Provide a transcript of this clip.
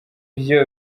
vyo